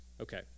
Okay